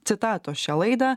citatos šią laidą